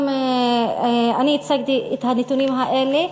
ואני הצגתי את הנתונים האלה.